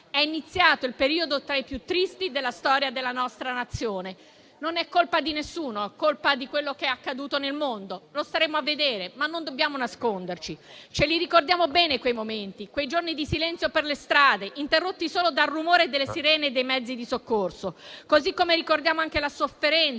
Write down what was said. è iniziato il periodo tra i più tristi della storia della nostra Nazione. Non è colpa di nessuno, è colpa di quello che è accaduto nel mondo. Lo staremo a vedere, ma non dobbiamo nasconderci. Ce li ricordiamo bene quei momenti, quei giorni di silenzio per le strade, interrotti solo dal rumore delle sirene e dei mezzi di soccorso; così come ricordiamo la sofferenza